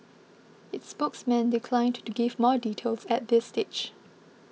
its spokesman declined to give more details at this stage